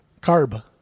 Carb